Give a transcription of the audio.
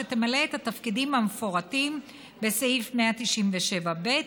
שתמלא את התפקידים המפורטים בסעיף 197ב,